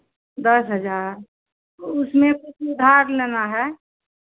दस हज़ार तो उसमें कुछ उधार लेना है